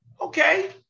Okay